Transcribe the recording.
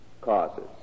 causes